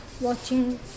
watching